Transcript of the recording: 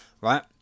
right